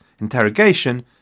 interrogation